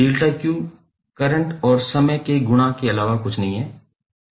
Δ𝑞 current और समय के गुणा के अलावा कुछ नहीं है